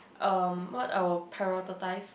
um what I will prioritise